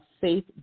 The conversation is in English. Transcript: Safe